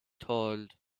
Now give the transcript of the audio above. told